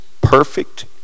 perfect